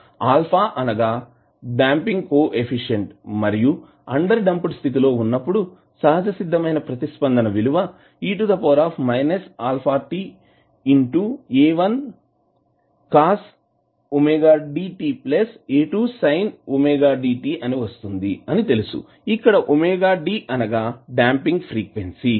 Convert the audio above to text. α అనగా damping coefficient మరియు underdamped స్థితి లో ఉన్నప్పుడు సహజసిద్దమైన ప్రతిస్పందన విలువ e αt A1 cos⍵dt A2 sin⍵dt వస్తుంది అని తెలుసు ఇక్కడ ⍵d అనగా డాంపింగ్ ఫ్రీక్వెన్సీ